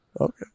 Okay